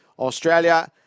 Australia